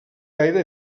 gaire